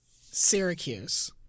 Syracuse